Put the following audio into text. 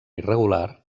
irregular